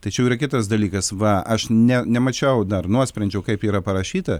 tačiau yra kitas dalykas va aš ne nemačiau dar nuosprendžio kaip yra parašyta